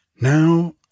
Now